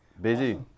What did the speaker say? busy